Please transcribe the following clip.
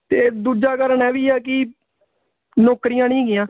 ਅਤੇ ਦੂਜਾ ਕਾਰਨ ਇਹ ਵੀ ਆ ਕਿ ਨੌਕਰੀਆਂ ਨਹੀਂ ਹੈਗੀਆਂ